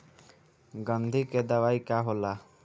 गंधी के दवाई का होला?